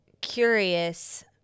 curious